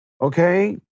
Okay